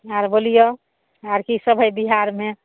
आओर बोलिऔ आओर किसब हइ बिहारमे